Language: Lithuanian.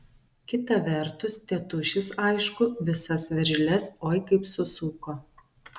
kita vertus tėtušis aišku visas veržles oi kaip susuko